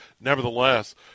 Nevertheless